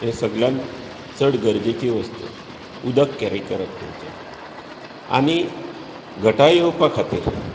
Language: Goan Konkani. हें सगल्यान चड गरजेची वस्त उदक कॅरी करप तुमचें आनी घटाय येवपा खातीर